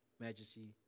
majesty